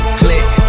click